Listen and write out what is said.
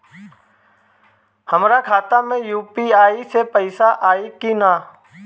हमारा खाता मे यू.पी.आई से पईसा आई कि ना?